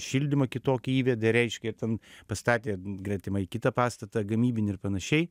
šildymą kitokį įvedė reiškia ten pastatė gretimai kitą pastatą gamybinį ir panašiai